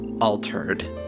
altered